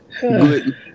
Good